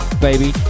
baby